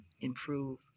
improve